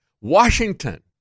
Washington